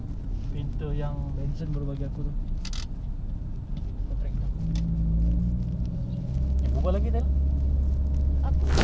tapi aku tegak tengok macam mana pasal tadi one of the criteria aku baca kau tak boleh be doing activity juga kan or is it noisy activity well I'm know